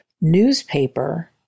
newspaper